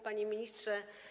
Panie Ministrze!